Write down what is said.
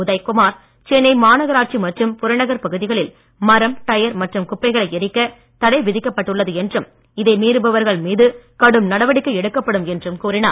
உதய்குமார் சென்னை மாநகராட்சி மற்றும் புறநகர்ப் பகுதிகளில் மரம் டயர் மற்றும் குப்பைகளை எரிக்க தடை விதிக்கப்பட்டு உள்ளது என்றும் இதை மீறுபவர்கள் மீது கடும் நடவடிக்கை எடுக்கப்படும் என்றும் கூறினார்